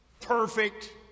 perfect